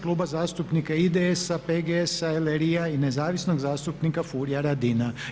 Kluba zastupnika IDS-a, PGS-a, LRI-a i nezavisnog zastupnika Furia Radina.